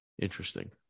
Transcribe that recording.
Interesting